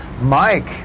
Mike